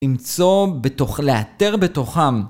למצוא בתוכ... לאתר בתוכם